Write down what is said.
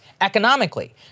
economically